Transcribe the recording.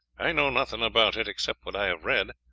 i know nothing about it, except what i have read.